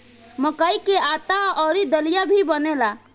मकई से आटा अउरी दलिया भी बनेला